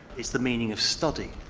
it's the meaning of study,